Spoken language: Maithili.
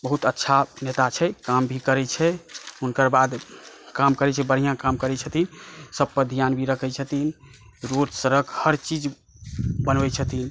बहुत अच्छ नेता छै काम भी करै छै हुनकर बाद काम करै छै बढ़िऑं काम करै छै करै छथिन सभ पर ध्यान भी रखै छथिन रोड सड़क हर चीज बनबै छथिन